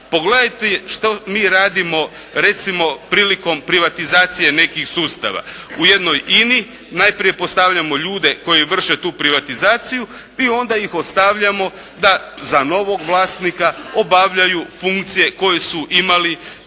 Pogledajte što mi radimo recimo prilikom privatizacije nekih sustava. U jednoj INA-i najprije postavljamo ljude koji vrše tu privatizaciju i onda ih ostavljamo da za novog vlasnika obavljaju funkcije koje su imali i za